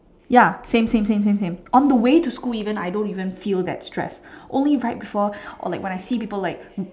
ya same same same same same on the way to school even I don't even feel that stress only right before or like I see people like